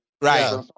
Right